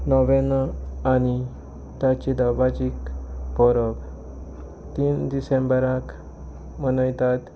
नोवेनां आनी ताची दावाचीक पोरप तीन डिसेंबराक मनयतात